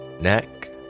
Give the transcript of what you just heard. neck